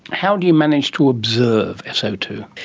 how do you manage to observe so two?